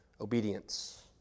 obedience